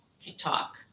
TikTok